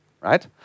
right